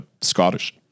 Scottish